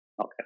Okay